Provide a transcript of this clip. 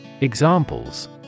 Examples